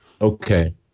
Okay